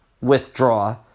withdraw